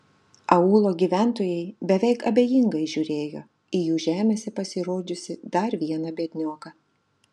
aūlo gyventojai beveik abejingai žiūrėjo į jų žemėse pasirodžiusį dar vieną biednioką